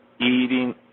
eating